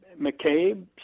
McCabe